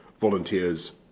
volunteers